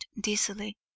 dizzily